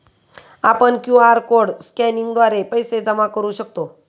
आपण QR code स्कॅनिंगद्वारे पैसे जमा करू शकतो